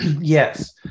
Yes